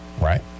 right